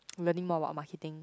learning more about marketing